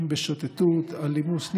נוהגים בשוטטות, אלימות, אבל יש להם צו.